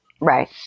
Right